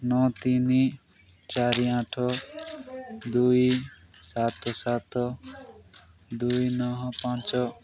ନଅ ତିନି ଚାରି ଆଠ ଦୁଇ ସାତ ସାତ ଦୁଇ ନହ ପାଞ୍ଚ